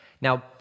Now